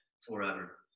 forever